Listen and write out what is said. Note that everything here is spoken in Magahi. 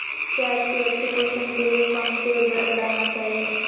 प्याज की अच्छी पोषण के लिए कौन सी उर्वरक डालना चाइए?